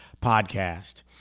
podcast